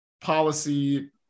policy